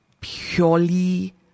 purely